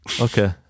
okay